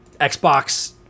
Xbox